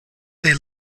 they